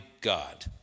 God